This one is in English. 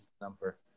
number